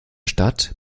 stadt